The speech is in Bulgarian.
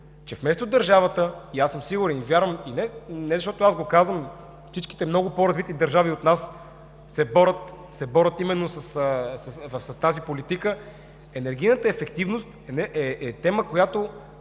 ефект е друг. Сигурен съм и вярвам не защото аз го казвам, всичките много по-развити държави от нас се борят именно с тази политика – енергийната ефективност е тема, която